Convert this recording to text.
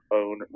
own